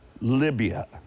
Libya